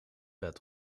bed